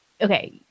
Okay